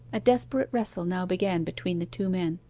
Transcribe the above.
a desperate wrestle now began between the two men.